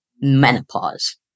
menopause